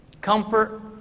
comfort